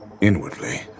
Inwardly